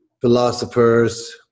philosophers